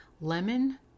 lemon